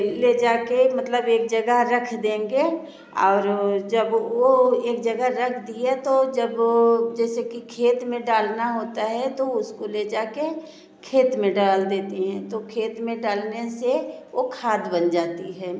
ले जाके मतलब एक जगह रख देंगे और जब वो एक जगह रख दिया तो जब जैसे कि खेत में डालना होता है तो उसको ले जाके खेत में डाल देते हैं तो खेत में डालने से ओ खाद बन जाती है